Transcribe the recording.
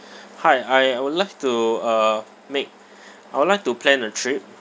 hi I I would like to uh make I would like to plan a trip